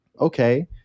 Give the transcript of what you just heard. okay